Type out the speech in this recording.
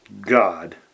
God